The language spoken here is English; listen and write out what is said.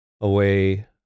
away